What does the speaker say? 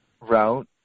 route